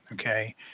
okay